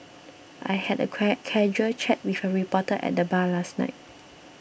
I had a casual chat with a reporter at the bar last night